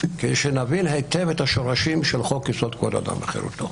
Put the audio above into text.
כדי שנבין היטב את השורשים של חוק יסוד: כבוד האדם וחירותו.